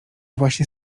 właśnie